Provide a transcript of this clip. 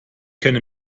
kenne